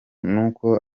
nuko